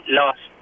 lost